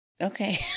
Okay